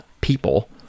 people